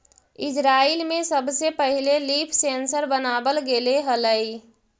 Israel में सबसे पहिले लीफ सेंसर बनाबल गेले हलई